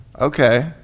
okay